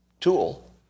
tool